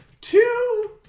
Two